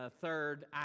Third